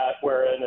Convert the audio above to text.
wherein